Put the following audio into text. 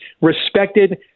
respected